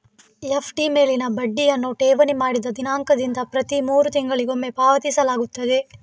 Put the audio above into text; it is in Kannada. ಎಫ್.ಡಿ ಮೇಲಿನ ಬಡ್ಡಿಯನ್ನು ಠೇವಣಿ ಮಾಡಿದ ದಿನಾಂಕದಿಂದ ಪ್ರತಿ ಮೂರು ತಿಂಗಳಿಗೊಮ್ಮೆ ಪಾವತಿಸಲಾಗುತ್ತದೆ